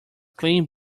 clean